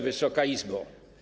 Wysoka Izbo!